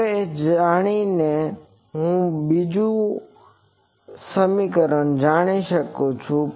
હવે આ જાણીને હું બીજું જાણી શકું છું